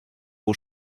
aux